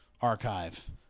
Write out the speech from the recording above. archive